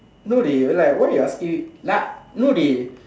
no dey like why you asking me like no dey